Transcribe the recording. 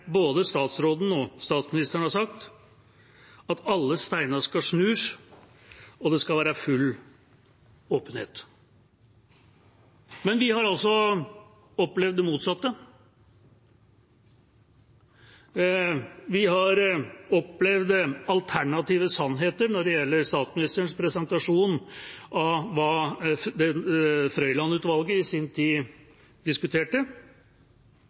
både statsråden og statsministeren har sagt, at alle steiner skal snus og det skal være full åpenhet. Men vi har altså opplevd det motsatte. Vi har opplevd alternative sannheter når det gjelder statsministerens presentasjon av hva Frøiland-utvalget i sin tid diskuterte.